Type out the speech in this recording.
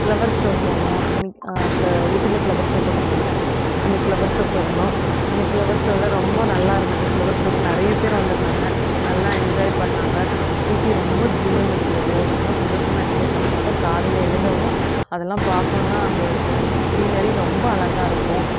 flower show போனோம் அன்னைக்கு ஃப்ள ஊட்டில ஃப்ளவர் ஷோ போட்டிருந்தாங்க அன்னைக்கு ஃப்ளவர் ஷோ போயிருந்தோம் அன்னைக்கு ஃப்ளவர் ஷோவில ரொம்ப நல்லா இருந்தது ஃப்ளவர் ஷோவுக்கு நிறையப் பேர் வந்திருந்தாங்க நல்லா என்ஜாய் பண்ணாங்கள் ஊட்டி ரொம்ப ஜில்லுன்னு இருந்தது ரொம்ப சந்தோஷமாக என்ஜாய் பண்ணோம் அதுவும் காலையில் எழுந்தவொன்னே அதெல்லாம் பார்க்கணுன்னா அந்த சீனரி ரொம்ப அழகா இருக்கும்